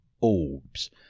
orbs